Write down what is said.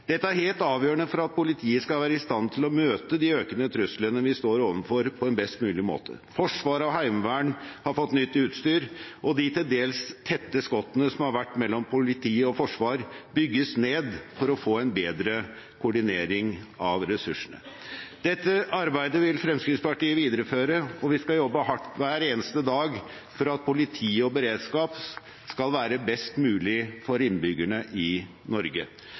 Dette er helt avgjørende for at politiet skal være i stand til å møte de økende truslene vi står overfor, på en best mulig måte. Forsvar og heimevern har fått nytt utstyr, og de til dels tette skottene som har vært mellom politi og forsvar, bygges ned for å få en bedre koordinering av ressursene. Dette arbeidet vil Fremskrittspartiet videreføre, og vi skal jobbe hardt hver eneste dag for at politi og beredskap skal være best mulig for innbyggerne i Norge.